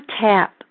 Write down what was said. tap